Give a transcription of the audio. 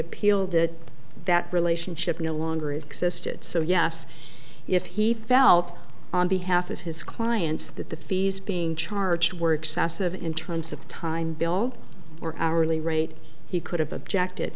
appealed to that relationship no longer existed so yes if he felt on behalf of his clients that the fees being charged were excessive in terms of the time bill or hourly rate he could have objected